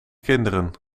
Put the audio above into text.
kinderen